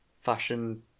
fashion